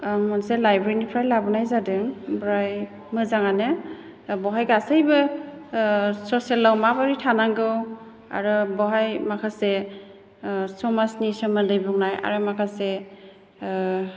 आं मोनसे लाइब्रेरिनिफ्राय लाबोनाय जादों ओमफ्राय मोजाङानो बेवहाय गासैबो ससियेलआव माबोरै थानांगौ आरो बावहाय माखासे समाजनि सोमोन्दै बुंनाय आरो माखासे